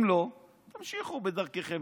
אם לא, תמשיכו בדרככם.